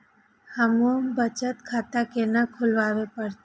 हमू बचत खाता केना खुलाबे परतें?